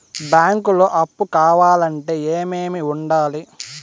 బ్యాంకులో అప్పు కావాలంటే ఏమేమి ఉండాలి?